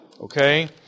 Okay